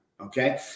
okay